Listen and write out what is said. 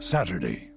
Saturday